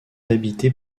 habité